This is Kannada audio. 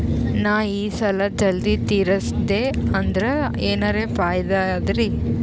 ನಾ ಈ ಸಾಲಾ ಜಲ್ದಿ ತಿರಸ್ದೆ ಅಂದ್ರ ಎನರ ಫಾಯಿದಾ ಅದರಿ?